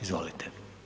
Izvolite.